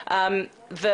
הזה,